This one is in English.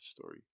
story